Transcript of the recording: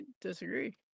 disagree